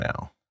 now